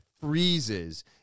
freezes